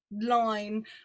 line